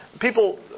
people